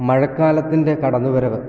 മഴക്കാലത്തിൻ്റെ കടന്നുവരവ്